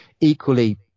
equally